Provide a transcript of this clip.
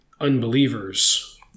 unbelievers